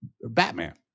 Batman